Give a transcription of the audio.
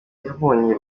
yabonanye